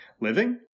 living